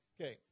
Okay